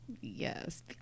Yes